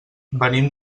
venim